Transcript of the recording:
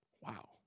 Wow